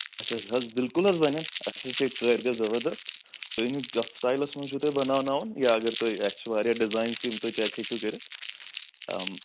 اَسہِ حظ حظ بِلکُل حظ بَنَن اَسہِ حظ چھِ ییٚتہِ کٲرۍ گَر زَبردَست تُہۍ ؤنِو کَتھ سٕٹایلَس منٛز چھُو تۄہہِ بَناوناوُن یا اَگر تُہۍ اَسہِ چھِ واریاہ ڈِزایِنٕز یِم تُہۍ چیک ہیٚکِو کٔرِتھ